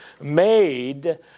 made